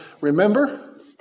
Remember